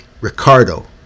Ricardo